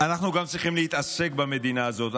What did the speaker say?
אנחנו צריכים להתעסק גם במדינה הזאת,